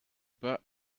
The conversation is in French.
pas